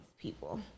people